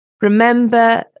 Remember